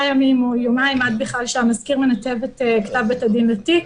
ימים עד שהמזכיר מנתב את כתב בית-הדין לתיק.